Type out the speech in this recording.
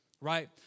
right